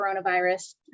coronavirus